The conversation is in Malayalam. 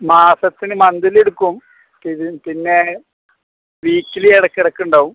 മാസത്തിന് മന്ത്ലി എടുക്കും പിന്നെ വീക്കിലി ഇടയ്ക്കെടയ്ക്കുണ്ടാകും